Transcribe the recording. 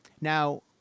now